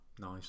Nice